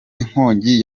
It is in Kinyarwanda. inkongi